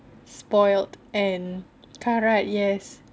spoiled and karat yes